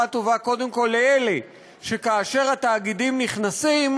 טובה קודם כול לאלה שכאשר התאגידים נכנסים,